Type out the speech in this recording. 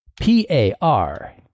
P-A-R